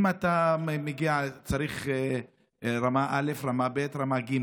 אם אתה צריך רמה א', ב', ג'